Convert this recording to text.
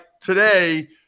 today